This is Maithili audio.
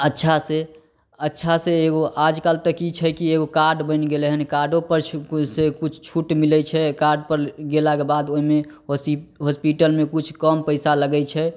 अच्छा से अच्छा से एगो आजकल तऽ की छै की एगो कार्ड बनि गेलै हन कार्डो पर किछु छूट मिलै छै आ कार्ड पर गेलाके बाद ओहिमे होस हॉस्पिटलमे किछु कम पैसा लगै छै